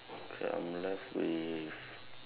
okay I'm left with